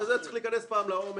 אז לנושא זה צריך להיכנס פעם לעומק.